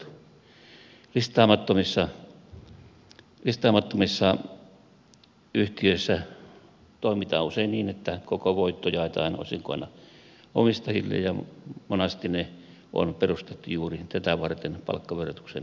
listaamattomissa yhtiöissä toimitaan usein niin että koko voitto jaetaan osinkoina omistajille ja monasti ne on perustettu juuri tätä varten palkkaverotuksen kiertämiseksi